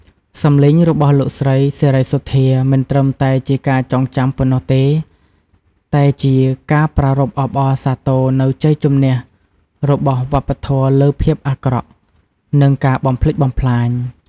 សំឡេងរបស់លោកស្រី សេរីសុទ្ធា មិនត្រឹមតែជាការចងចាំប៉ុណ្ណោះទេ តែជា ការប្រារព្ធអបអរសាទរនូវជ័យជំនះរបស់វប្បធម៌ លើភាពអាក្រក់ និងការបំផ្លិចបំផ្លាញ។